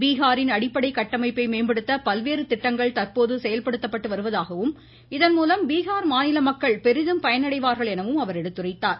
பீகாரின் அடிப்படை கட்டமைப்பை மேம்படுத்த பல்வேறு திட்டங்கள் தற்போது செயல்படுத்தப்பட்டு வருவதாகவும் இதன் மூலம் பீகார் மாநில மக்கள் பெரிதும் பயனடைவார்கள் எனவும் அவர் எடுத்துரைத்தார்